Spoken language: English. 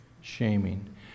Shaming